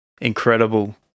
incredible